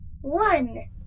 one